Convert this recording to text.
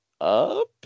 up